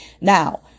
now